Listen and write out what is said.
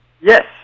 Yes